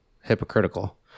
hypocritical